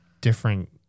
different